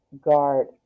guard